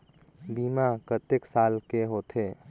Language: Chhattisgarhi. बीमा कतेक साल के होथे?